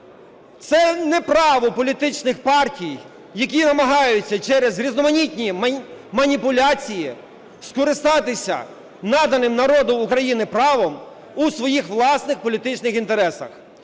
Це не право політичних партій, які намагаються через різноманітні маніпуляції скористатися наданим народу України правом у своїх власних політичних інтересах.